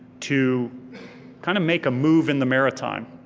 to kinda make a move in the maritime.